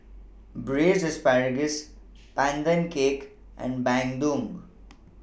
Braised Asparagus Pandan Cake and Bandung